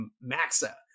Maxa